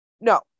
No